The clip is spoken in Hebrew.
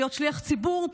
להיות שליח ציבור,